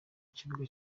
kibuga